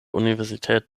universität